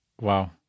Wow